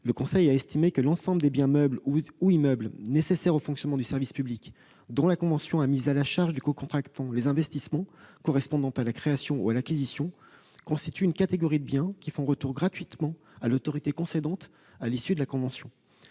le Conseil a estimé que « l'ensemble des biens meubles ou immeubles, nécessaires au fonctionnement du service public », dont la convention a mis « à la charge du cocontractant les investissements correspondants à la création ou à l'acquisition » constituent une catégorie de biens qui font retour gratuitement à l'autorité concédante à l'issue de la convention.